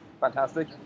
fantastic